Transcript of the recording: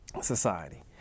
society